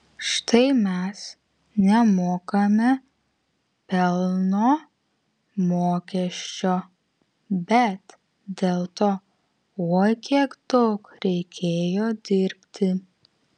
štai mes nemokame pelno mokesčio bet dėl to oi kiek daug reikėjo dirbti